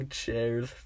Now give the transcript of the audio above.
chairs